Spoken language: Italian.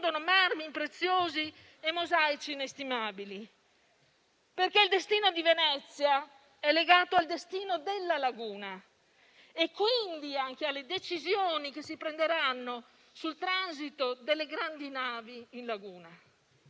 marmi preziosi e mosaici inestimabili. Il destino di Venezia, del resto, è legato al destino della laguna e quindi anche alle decisioni che si prenderanno sul transito delle grandi navi in laguna.